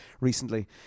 recently